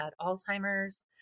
Alzheimer's